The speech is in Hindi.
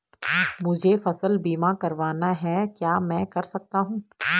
मुझे फसल बीमा करवाना है क्या मैं कर सकता हूँ?